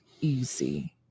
easy